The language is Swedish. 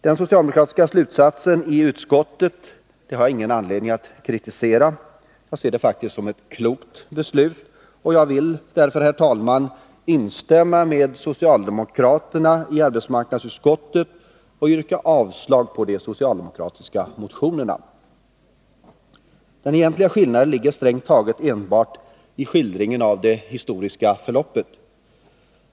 Den socialdemokratiska slutsatsen i utskottet har jag ingen anledning att kritisera. Jag ser det faktiskt som ett klokt beslut, och därför vill jag, herr talman, instämma med socialdemokraterna i arbetsmarknadsutskottet och yrka avslag på de socialdemokratiska motionerna. Den egentliga skillnaden ligger strängt taget enbart i skildringen av det historiska förloppet.